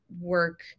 work